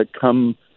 come